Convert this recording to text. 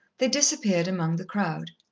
they disappeared among the crowd.